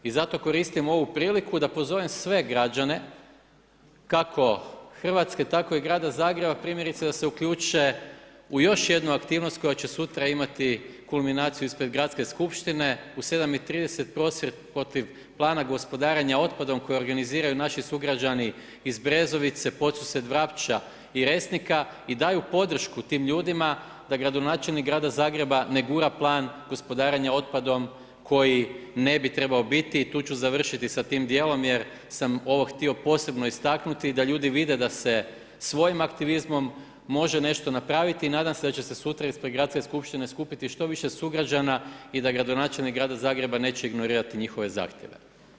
I zato koristim ovu priliku da pozovem sve građane kako hrvatske tako i grada Zagreba primjerice da se uključe u još jednu aktivnost koja će sutra imati kulminaciju ispred Gradske skupštine u 7.30 prosvjed protiv plana gospodarenja otpadom koje organiziraju naši sugrađani iz Brezovice, Podsused, Vrapča i Resnika i daju podršku tim ljudima da gradonačelnik grada Zagreba ne gura plan gospodarenja otpadom koji ne bi trebao biti i tu ću završiti s tim djelom jer sam ovo htio posebno istaknuti da ljudi vide da se svojim aktivizmom može nešto napraviti i nadam se da će se sutra ispred Gradske skupštine skupiti što više sugrađana i da gradonačelnik grada Zagreba neće ignorirati njihove zahtjeve.